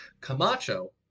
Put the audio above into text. camacho